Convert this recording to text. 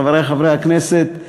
חברי חברי הכנסת,